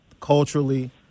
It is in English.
culturally